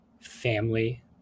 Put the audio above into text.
family